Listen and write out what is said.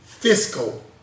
Fiscal